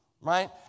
right